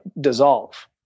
dissolve